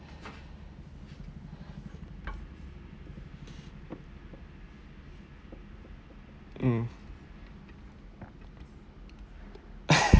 mm